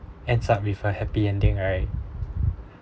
ends up with a happy ending right